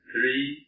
three